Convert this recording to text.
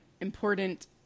important